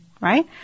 Right